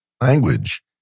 language